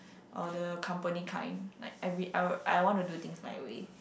or the company kind like I I I wanna do things my way